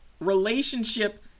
relationship